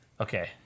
Okay